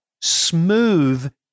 smooth